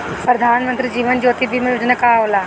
प्रधानमंत्री जीवन ज्योति बीमा योजना का होला?